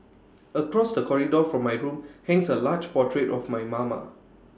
across the corridor from my room hangs A large portrait of my mama